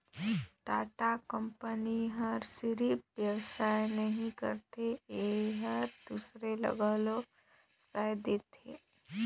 Tata company ह सिरिफ बेवसाय नी करत हे एहर दूसर ल घलो बेवसाय देहत हे